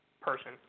person